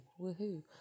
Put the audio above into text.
woohoo